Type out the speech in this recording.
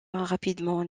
rapidement